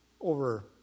over